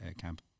camp